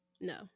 no